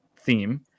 theme